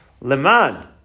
Leman